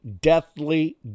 deathly